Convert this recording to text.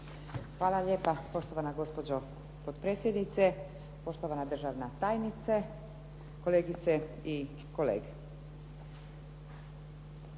Hvala lijepa, poštovana gospođo potpredsjednice. Poštovana državna tajnice, kolegice i kolege.